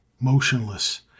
motionless